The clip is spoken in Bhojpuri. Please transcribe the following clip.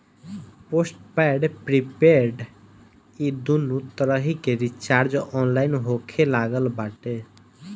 पोस्टपैड प्रीपेड इ दूनो तरही के रिचार्ज ऑनलाइन होखे लागल बाटे